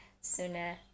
sooner